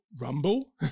Rumble